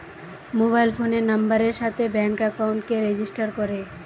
mobile ফোনের নাম্বারের সাথে ব্যাঙ্ক একাউন্টকে রেজিস্টার করে